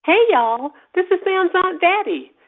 hey, y'all. this is sam's aunt betty.